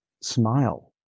smile